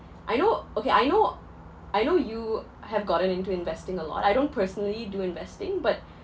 I know okay I know I know you have gotten into investing a lot I don't personally do investing but